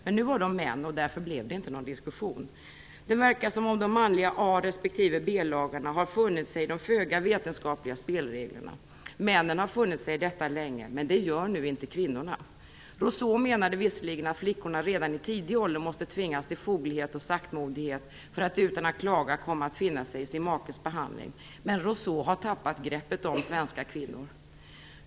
Men nu var de män, och därför blev det inte någon diskussion. Det verkar som om de manliga A respektive B-lagarna har funnit sig i de föga vetenskapliga spelreglerna. Männen har funnit sig i detta länge, men det gör nu inte kvinnorna. Rosseau menade visserligen att flickorna redan i tidig ålder måste tvingas till foglighet och saktmodighet för att utan att klaga komma att finna sig i sin makes behandling. Men Rosseau har tappat greppet om svenska kvinnor.